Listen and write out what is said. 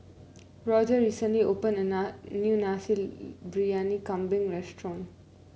Goger recently opened a new Nasi Briyani Kambing restaurant